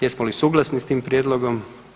Jesmo li suglasni s tim prijedlogom?